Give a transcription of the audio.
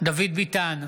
דוד ביטן,